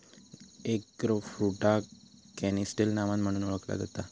एगफ्रुटाक canistel नावान म्हणुन ओळखला जाता